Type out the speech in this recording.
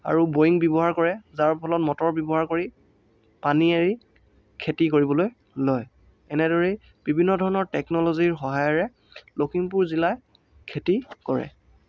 আৰু ব'য়িং ব্যৱহাৰ কৰে যাৰ ফলত মটৰ ব্যৱহাৰ কৰি পানী এৰি খেতি কৰিবলৈ লয় এনেদৰেই বিভিন্ন ধৰণৰ টেকনল'জিৰ সহায়েৰে লখিমপুৰ জিলাৰ খেতি কৰে